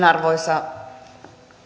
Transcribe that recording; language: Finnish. arvoisa